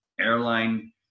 airline